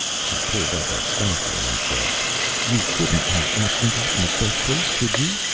she pulled up a stocking and said you couldn't have asked me that in the first place, could you?